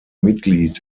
mitglied